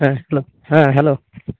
ᱦᱮᱸ ᱦᱮᱞᱳ ᱦᱮᱸ ᱦᱮᱞᱳ